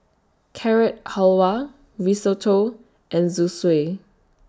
Carrot Halwa Risotto and Zosui